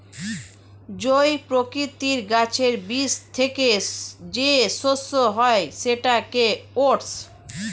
জই প্রকৃতির গাছের বীজ থেকে যে শস্য হয় সেটাকে ওটস